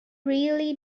really